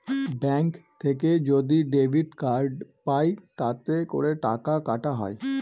bank থেকে যদি debit card পাই তাতে করে টাকা কাটা হয়